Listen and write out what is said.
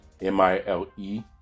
M-I-L-E